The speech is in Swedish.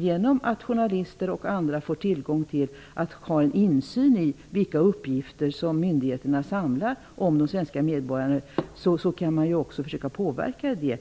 Genom att journalister och andra får en insyn i vilka uppgifter som myndigheterna samlar om de svenska medborgarna kan man också försöka påverka, i